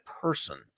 person